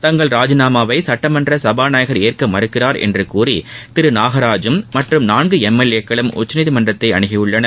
தங்கள் ராஜினாமாவை சட்டமன்ற சபாநாயகர் ஏற்க மறுக்கிறார் என்று கூறி திரு நாகராஜூம் மற்றும் நான்கு எம் எல் ஏக்களும் உச்சநீதிமன்றத்தை அணுகியுள்ளார்கள்